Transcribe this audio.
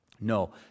No